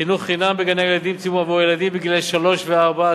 חינוך חינם בגני-ילדים ציבוריים עבור ילדים גילאי שלוש וארבע.